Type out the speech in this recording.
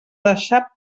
deixar